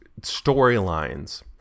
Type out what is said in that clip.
storylines